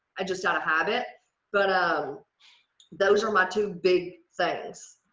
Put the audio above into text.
i just out of habit but um those are my two big things.